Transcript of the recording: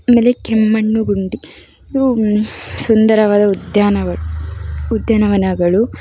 ಆಮೇಲೆ ಕೆಮ್ಮಣ್ಣುಗುಂಡಿ ಇದು ಸುಂದರವಾದ ಉದ್ಯಾನಗ ಉದ್ಯಾನವನಗಳು